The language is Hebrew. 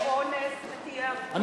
ויהיה אונס ותהיה,